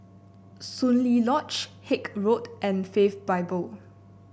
Soon Lee Lodge Haig Road and Faith Bible